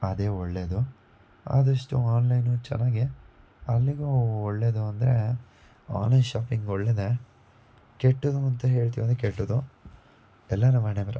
ಅದೇ ಒಳ್ಳೆಯದು ಆದಷ್ಟು ಆನ್ಲೈನು ಚೆನ್ನಾಗೆ ಅಲ್ಲಿಗೂ ಒಳ್ಳೆಯದು ಅಂದ್ರೆ ಆನ್ಲೈನ್ ಶಾಪಿಂಗ್ ಒಳ್ಳೆಯದೆ ಕೆಟ್ಟದು ಅಂತ ಹೇಳ್ತೀವಿ ಅಂದರೆ ಕೆಟ್ಟದು ಎಲ್ಲ ನಮ್ಮ ಹಣೆಬರಹ